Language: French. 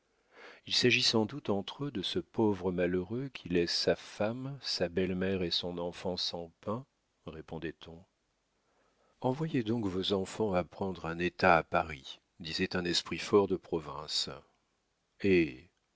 il s'agit sans doute entre eux de ce pauvre malheureux qui laisse sa femme sa belle-mère et son enfant sans pain répondait-on envoyez donc vos enfants apprendre un état à paris disait un esprit fort de province hé